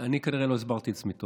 אני כנראה לא הסברתי את עצמי טוב.